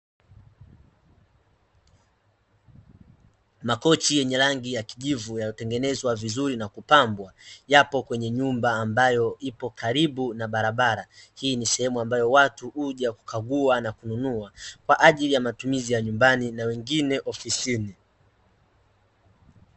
Makochi yenye rangi ya kijivu yametengenezwa vizuri na kupambwa, yapo kwenye nyumba ambayo ipo karibu na barabara. Hii ni sehemu ambayo watu huja kukagua na kununua kwa ajili ya matumizi ya nyumbani na wengine ofisini.